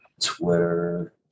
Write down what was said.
Twitter